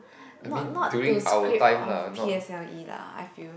not not to scrape off p_s_l_e lah I feel